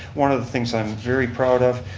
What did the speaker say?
one of the things i'm very proud of,